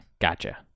Gotcha